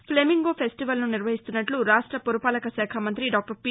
flamingo ఫెస్టివల్ను నిర్వహిస్తున్నట్లు రాష్ట పురపాలక శాఖ మంతి దాక్టర్ పి